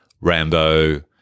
Rambo